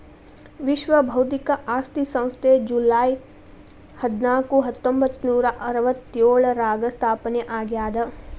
ವಿಶ್ವ ಬೌದ್ಧಿಕ ಆಸ್ತಿ ಸಂಸ್ಥೆ ಜೂಲೈ ಹದ್ನಾಕು ಹತ್ತೊಂಬತ್ತನೂರಾ ಅರವತ್ತ್ಯೋಳರಾಗ ಸ್ಥಾಪನೆ ಆಗ್ಯಾದ